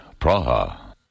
Praha